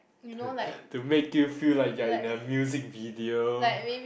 to make you feel like you are in a music video